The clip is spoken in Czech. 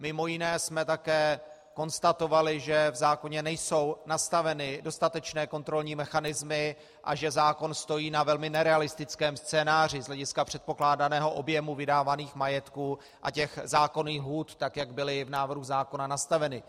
Mimo jiné jsme také konstatovali, že v zákoně nejsou nastaveny dostatečné kontrolní mechanismy a že zákon stojí na velmi nerealistickém scénáři z hlediska předpokládaného objemu vydávaných majetků a zákonných lhůt, jak byly v návrhu zákona nastaveny.